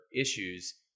issues